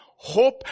hope